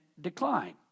decline